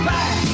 Back